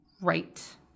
right